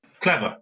clever